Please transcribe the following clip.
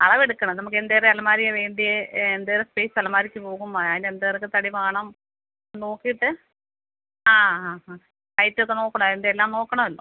അളവെടുക്കണം നമുക്ക് വേണ്ട എന്തോരം സ്പേസ് അലമാരിക്ക് പോകും അതിന് എന്തോരം ഒക്കെ തടി വേണം നോക്കിയിട്ട് ആ ആ ആ ഹൈറ്റൊക്കെ നോക്കണം അതിന്റെ എല്ലാം നോക്കണമല്ലോ